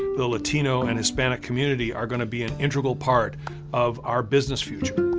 the latino and hispanic community are gonna be an integral part of our business future.